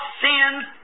sin